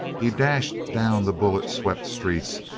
he dashed down the bullet-swept streets,